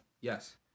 Yes